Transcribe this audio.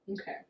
Okay